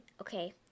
Okay